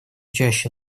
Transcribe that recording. чаще